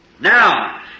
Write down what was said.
Now